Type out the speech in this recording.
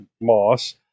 Moss